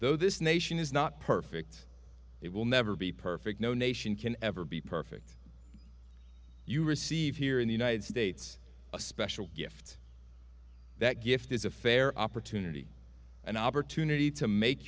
though this nation is not perfect it will never be perfect no nation can ever be perfect you received here in the united states a special gift that gift is a fair opportunity an opportunity to make